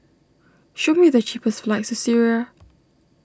show me the cheapest flights to Syria